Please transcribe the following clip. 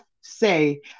say